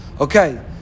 Okay